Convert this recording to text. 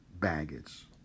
baggage